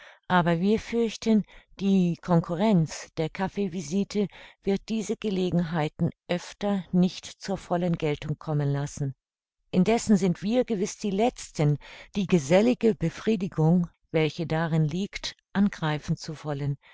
aber wir fürchten die concurrenz der kaffeevisite wird diese gelegenheiten öfter nicht zur vollen geltung kommen lassen indessen sind wir gewiß die letzten die gesellige befriedigung welche darin liegt angreifen zu wollen